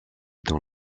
dans